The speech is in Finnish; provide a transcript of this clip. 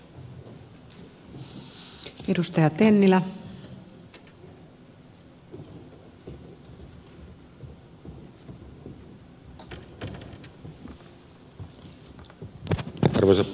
arvoisa puhemies